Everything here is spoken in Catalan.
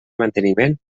manteniment